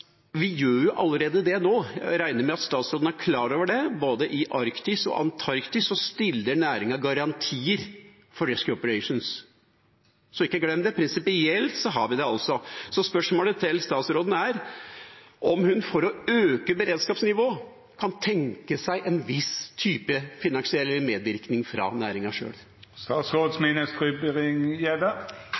vi skiller lag, er nok når det gjelder muligheten for at næringa sjøl kan bidra. De gjør det allerede nå, jeg regner med at statsråden er klar over det. Både i Arktis og i Antarktis stiller næringa garantier for «rescue operations». Så ikke glem det – prinsipielt har vi det. Spørsmålet til statsråden er om hun, for å øke beredskapsnivået, kan tenke seg en viss finansiell medvirkning fra næringa